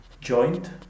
joint